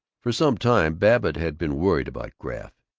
for some time babbitt had been worried about graff.